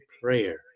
prayer